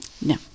No